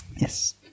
yes